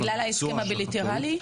בגלל ההסכם הבילטרלי?